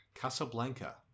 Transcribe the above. Casablanca